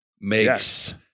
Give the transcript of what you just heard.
makes